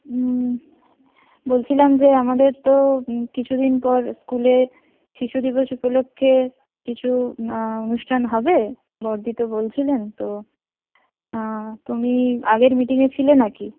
বলছিলাম যে আমাদের তো কিছুদিন পর স্কুলের শিশু দিবস উপলক্ষে কিছু অনুষ্ঠান হবে বড়দি তো বলছিলেন তো তুমি আগের মিটিংয়ে ছিলে না কি